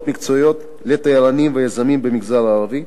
מקצועיות לתיירנים ויזמים במגזר הערבי,